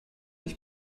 ich